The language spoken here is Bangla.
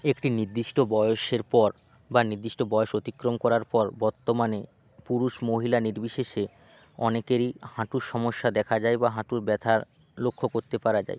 একটি নির্দিষ্ট বয়সের পর বা নির্দিষ্ট বয়স অতিক্রম করার পর বর্তমানে পুরুষ মহিলা নির্বিশেষে অনেকেরই হাঁটুর সমস্যা দেখা যায় বা হাঁটুর ব্যথা লক্ষ্য করতে পারা যায়